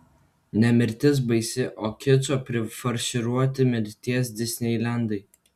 ne mirtis baisi o kičo prifarširuoti mirties disneilendai